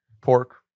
pork